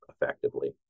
effectively